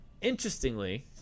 interestingly